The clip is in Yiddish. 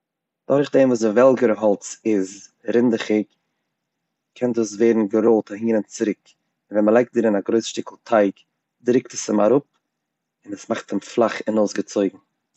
דורך דעם וואס די וועלגער האלץ איז רינדעכיג קען דאס ווערן געראולט אהין און צוריק, ווען מען לייגט דערין א גרויס שטיקל טייג דריקט עס אים אראפ און עס מאכט אים פלאך און אויסגעצויגען.